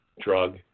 drug